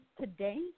today